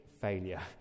failure